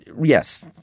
Yes